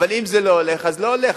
אבל אם זה לא הולך, אז לא הולך.